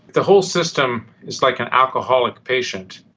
the whole system is like an alcoholic patient.